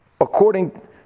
according